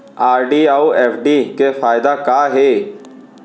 RD अऊ FD के फायेदा का हे?